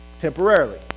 temporarily